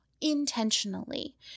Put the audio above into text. intentionally